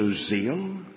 zeal